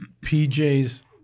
PJ's